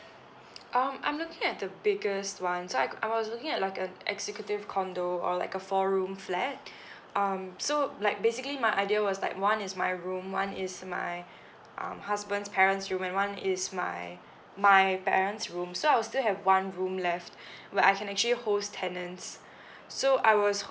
um I'm looking at the biggest one so I I was looking at uh like uh executive condo or like a four room flat um so like basically my idea was like one is my room one is my um husband's parents room and one is my my parents room so I'll still have one room left where I can actually host tenants so I was